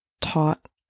taught